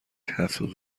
هفتاد